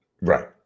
Right